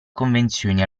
convenzioni